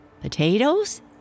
Potatoes